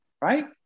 right